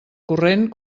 corrent